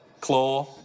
claw